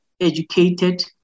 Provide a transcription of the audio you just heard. educated